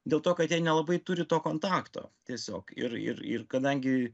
dėl to kad jie nelabai turi to kontakto tiesiog ir ir ir kadangi